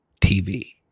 TV